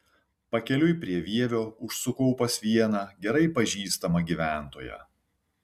pakeliui prie vievio užsukau pas vieną gerai pažįstamą gyventoją